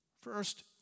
First